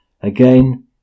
Again